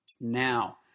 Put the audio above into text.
Now